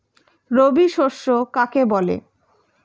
রবি শস্য কাকে বলে?